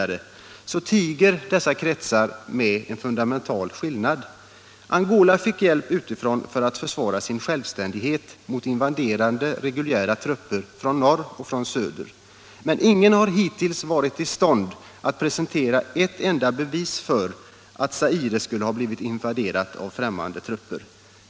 Angola fick hjälp utifrån för att försvara sin självständighet mot invaderande reguljära trupper från norr och söder. Men ingen har hittills varit i stånd att presentera ett enda bevis för att Zaire skulle ha blivit invaderat av främmande trupper.